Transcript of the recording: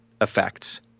effects